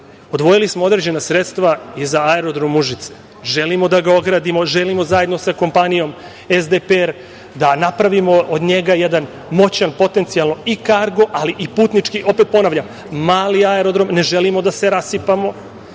Odvojili smo određena sredstva i za aerodrom „Užice“. Želimo da ga ogradimo, želimo zajedno sa kompanijom SDPR da napravimo od njega jedan moćan, potencijalno i kargo, ali i putnički, opet ponavljam, mali aerodrom, ne želimo da se rasipamo,